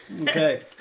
Okay